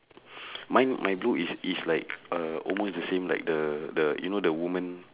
mine my blue is is like uh almost the same like the the you know the woman